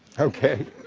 okay?